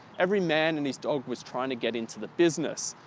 every man and his dog was trying to get into the business.